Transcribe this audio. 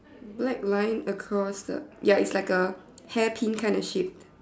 black line across the ya it's like a hairpin kind of shit